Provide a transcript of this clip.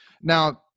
now